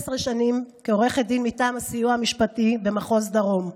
שנים כעורכת דין מטעם הסיוע המשפטי במחוז דרום.